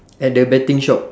at the betting shop